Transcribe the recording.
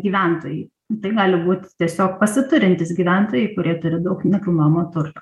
gyventojai tai gali būt tiesiog pasiturintys gyventojai kurie turi daug nekilnojamo turto